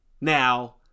Now